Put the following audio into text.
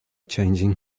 changing